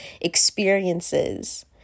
experiences